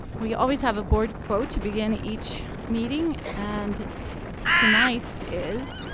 we always have a board quote to begin each meeting. and tonight's is,